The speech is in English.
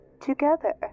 Together